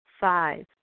Five